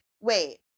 wait